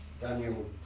Daniel